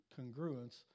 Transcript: congruence